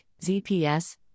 ZPS